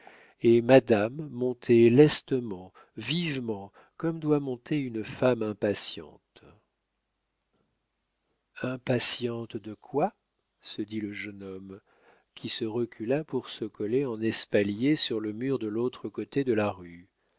et madame montait lestement vivement comme doit monter une femme impatiente impatiente de quoi se dit le jeune homme qui se recula pour se coller en espalier sur le mur de l'autre côté de la rue